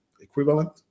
equivalent